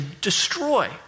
destroy